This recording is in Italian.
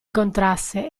contrasse